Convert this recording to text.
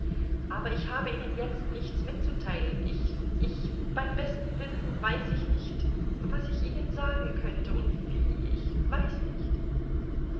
aber ich habe ihnen jetzt nichts mitzuteilen ich ich beim besten willen weiß ich nicht was ich ihnen sagen könnte und wie ich weiß nicht